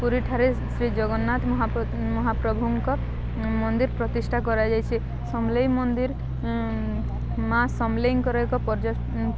ପୁରୀଠାରେ ଶ୍ରୀ ଜଗନ୍ନାଥ ମହାପ୍ରଭୁଙ୍କ ମନ୍ଦିର ପ୍ରତିଷ୍ଠା କରାଯାଇଛି ସମଲେଇ ମନ୍ଦିର ମାଆ ସମଲେଇଙ୍କର ଏକ